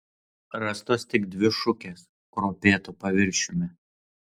rastos tik dvi šukės kruopėtu paviršiumi